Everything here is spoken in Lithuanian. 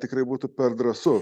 tikrai būtų per drąsu